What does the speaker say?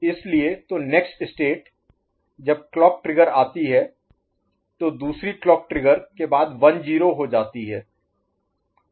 इसलिए तो next state जब क्लॉक ट्रिगर आती है तो दूसरी क्लॉक ट्रिगर के बाद 1 0 हो जाती है